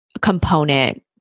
component